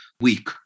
weak